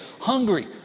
hungry